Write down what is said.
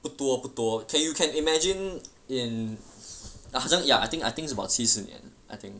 不多不多 can you can imagine in ah 好像 ya I think I think is about 七十年